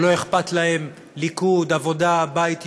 שלא אכפת להם ליכוד, עבודה, בית יהודי,